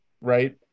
right